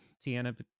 Tiana